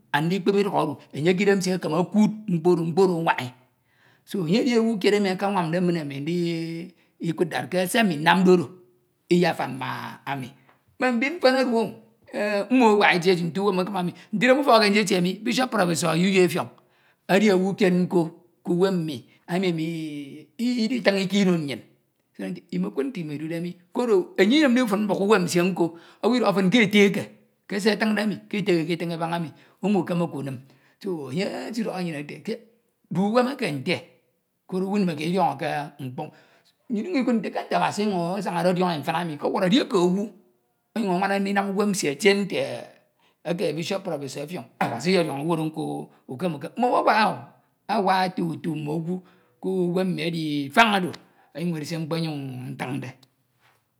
andikpep idukhodu enye ekeme ndikuud mkpo oro mkpo oro anwaña e enye edi owu kied enu akawamde. ndikud nte ke ɛe ami nnamde oro iyefan ma ami mme mbin mfen edu mmo esak eti eti ke uwem akin ami Nte idem ufọk eke ntetie mi, Bishop/professor U. U Effiong edi owu kied nko emi ami idi iditin inno. nnyin ọdọhọ nnyin. mkkud nte mo idude nu koro anye iyem ndino fin mbuk uwam nsie nko owu idọhọ fin ke ete ake ke se. etinde enu ke ete emi ke etin abaña unwnimke unmukemeke unim. Enye esidọhọ nnyin ete du uwem eke. nte koro owu ndime kied idọñọke mkpọñ. Nnyin ete ke nte Abasi asañade ọdiọne mfin anu ke oworo edieke. owu onyuñ anwanade ndinam uwem nsie etie nte eke Bishop professor Effiong Abasi iyedioñ owu oro nko. ukem ukem min owu awak o awak tutu mone owu ke uwem nu edi ifan oro onyun edi se mkpenyun ntinde.